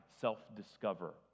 self-discover